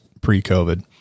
pre-COVID